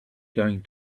going